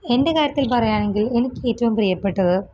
എന്റെ കാര്യത്തില് പറയാണെങ്കില് എനിക്കേറ്റവും പ്രിയപ്പെട്ടത്